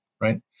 Right